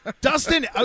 Dustin